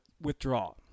withdraw